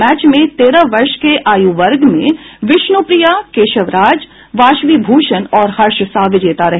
match में तेरह वर्ष के आयु वर्ग में विष्णुप्रिया केशव राज वाशवी भूषण और हर्ष साह विजेता रहे